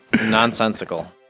Nonsensical